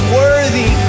worthy